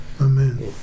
Amen